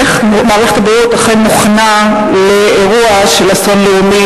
איך מערכת הבריאות מוכנה לאירוע של אסון לאומי,